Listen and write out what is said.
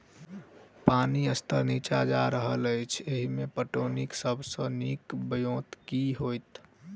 पानि स्तर नीचा जा रहल अछि, एहिमे पटौनीक सब सऽ नीक ब्योंत केँ होइत?